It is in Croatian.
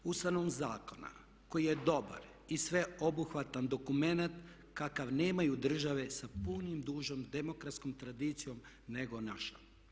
Ustavni zakon koji je dobar i sveobuhvatan dokumenat kakav nemaju države sa puno dužom demografskom tradicijom nego naša.